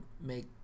make